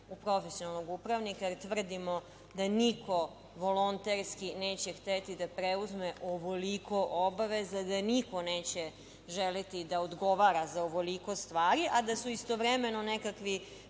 u profesionalnog upravnika, jer tvrdimo da niko volonterski neće hteti da preuzme ovoliko obaveza, da niko neće želeti da odgovara za ovoliko stvari, a da su istovremeno nekakvi